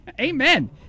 Amen